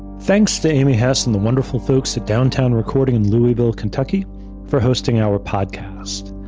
thanks to amy hess and the wonderful folks at downtown recording in louisville, kentucky for hosting our podcast.